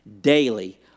daily